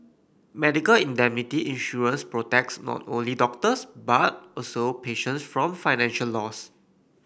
medical indemnity insurance protects not only doctors but also patients from financial loss